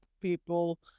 people